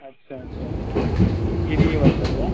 अच्छा अच्छा अच्छा किती वर्षाचा आहे